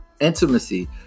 intimacy